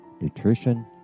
nutrition